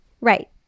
Right